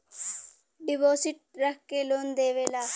deposit रख के loan देवेला